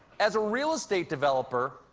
as a real estate developer,